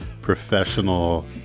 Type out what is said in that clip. professional